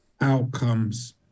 outcomes